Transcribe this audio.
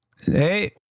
hey